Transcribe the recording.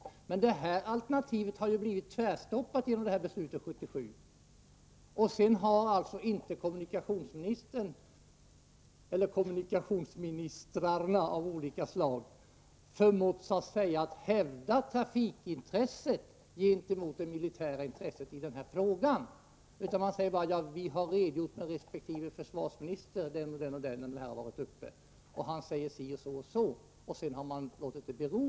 Men det här alternativet har man satt tvärstopp för i och med det beslut som fattades 1977. De olika kommunikationsministrar som vi därefter haft har inte förmått hävda trafikintresset gentemot det militära intresset i denna fråga. Man säger bara: Ja, vi har talat med resp. försvarsminister när frågan varit uppe till diskussion och vederbörande har sagt si eller så. Sedan har frågan fått bero.